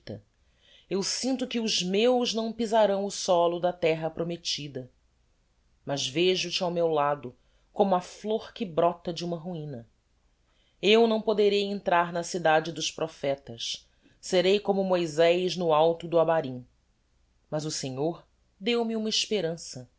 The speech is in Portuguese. eu sinto que os meus não pisarão o solo da terra promettida mas vejo te ao meu lado como a flôr que brota de uma ruina eu não poderei entrar na cidade dos prophetas serei como moysés no alto do abarim mas o senhor deu-me uma esperança